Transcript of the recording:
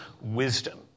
wisdom